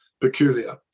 peculiar